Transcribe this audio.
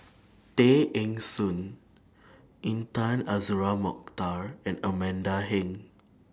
Tay Eng Soon Intan Azura Mokhtar and Amanda Heng